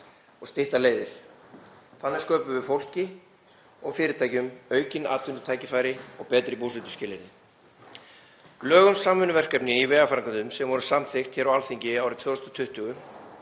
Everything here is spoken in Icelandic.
og stytta leiðir. Þannig sköpum við fólki og fyrirtækjum aukin atvinnutækifæri og betri búsetuskilyrði. Lög um samvinnuverkefni í vegaframkvæmdum, sem voru samþykkt á Alþingi árið 2020,